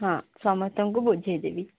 ହଁ ସମସ୍ତଙ୍କୁ ବୁଝେଇଦେବି